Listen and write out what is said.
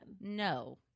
No